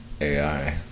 AI